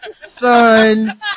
Son